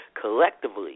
collectively